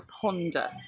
ponder